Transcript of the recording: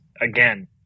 again